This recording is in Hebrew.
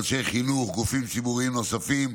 אנשי חינוך וגופים ציבוריים נוספים,